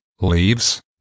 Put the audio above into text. leaves